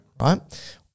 right